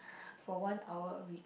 for one hour a week